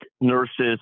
nurses